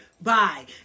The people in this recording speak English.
Bye